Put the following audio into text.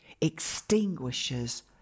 extinguishes